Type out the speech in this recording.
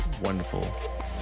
wonderful